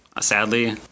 sadly